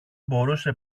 μπορούσε